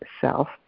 self